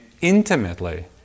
intimately